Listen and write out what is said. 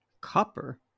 Copper